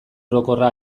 orokorra